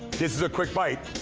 this is a quick byte.